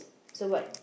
so what